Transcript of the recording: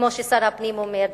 כמו ששר הפנים אומר.